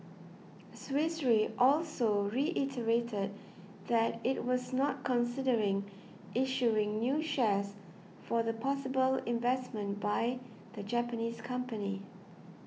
Swiss Re also reiterated that it was not considering issuing new shares for the possible investment by the Japanese company